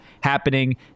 happening